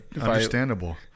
understandable